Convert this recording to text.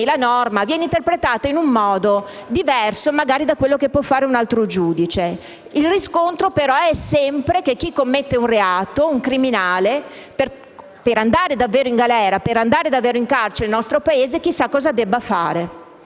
la norma vengono interpretate in un modo diverso da quello che avrebbe potuto fare un altro giudice. Il riscontro però è sempre che chi commette un reato, un criminale, per andare davvero in galera, per andare davvero in carcere nel nostro Paese, chissà cosa deve fare.